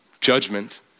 Judgment